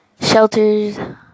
shelters